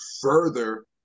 further